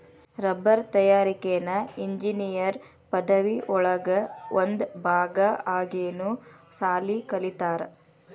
ರಬ್ಬರ ತಯಾರಿಕೆನ ಇಂಜಿನಿಯರ್ ಪದವಿ ಒಳಗ ಒಂದ ಭಾಗಾ ಆಗಿನು ಸಾಲಿ ಕಲಿತಾರ